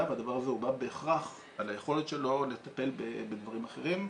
והדבר הזה בא בהכרח על היכולת שלו לטפל בדברים אחרים.